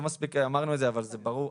לא מספיק אמרנו את זה אבל זה ברור,